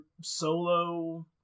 solo